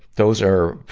those are